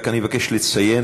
רק אני מבקש לציין,